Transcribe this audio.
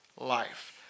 life